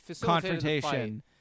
confrontation